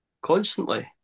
constantly